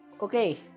okay